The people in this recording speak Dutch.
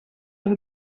heb